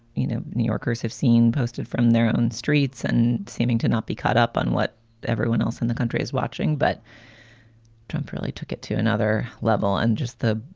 you know, new yorkers have seen posted from their own streets and seeming to not be caught up on what everyone else in the country is watching, but temporarily took it to another level. and just the.